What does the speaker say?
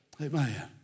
Amen